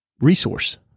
resource